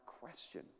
question